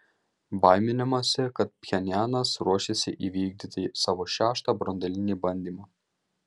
baiminamasi kad pchenjanas ruošiasi įvykdyti savo šeštą branduolinį bandymą